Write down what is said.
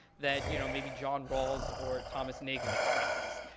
that you know maybe john rawles or thomas nagel expresses.